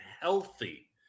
healthy